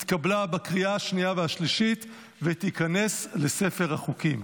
נתקבלה בקריאה השנייה והשלישית ותיכנס לספר החוקים,